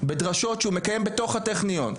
בדרשות שהוא מקיים בתוך הטכניון,